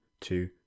two